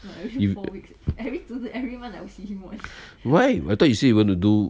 you why I thought you say you want to do